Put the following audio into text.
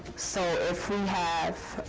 so if we have